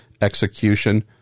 execution